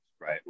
Right